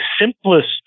simplest